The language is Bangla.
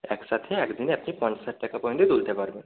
একসাথে এক দিনে আপনি পঞ্চাশ হাজার টাকা পর্যন্তই তুলতে পারবেন